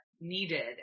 needed